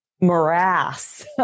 morass